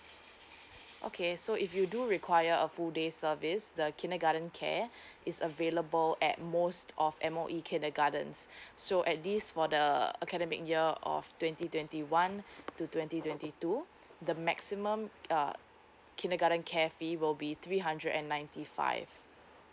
okay so if you do require a full day service the kindergarten care is available at most of M_O_E kindergartens so at this for the academic year of twenty twenty one to twenty twenty two the maximum uh kindergarten care fee will be three hundred and ninety five